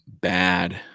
bad